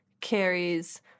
carries